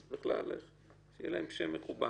אז שיהיה להם שם מכובד.